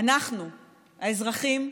אנחנו, האזרחים,